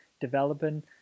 developing